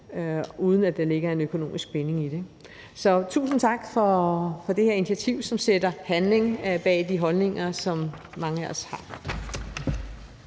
uden at der ligger en økonomisk binding i det. Så tusind tak for det her initiativ, som sætter handling bag de holdninger, som mange af os har.